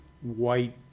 white